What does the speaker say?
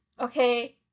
okay-